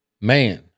Man